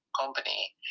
company